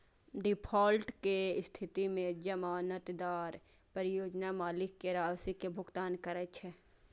default के स्थिति मे जमानतदार परियोजना मालिक कें राशि के भुगतान करै छै